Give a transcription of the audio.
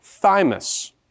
Thymus